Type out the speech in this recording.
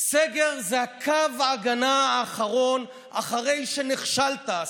סגר הוא קו ההגנה האחרון אחרי שנכשלת.